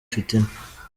fitina